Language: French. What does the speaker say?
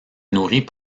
nourrit